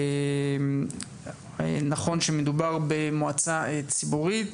נכון שמדובר במועצה ציבורית